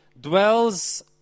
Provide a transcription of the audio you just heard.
dwells